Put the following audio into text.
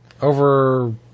over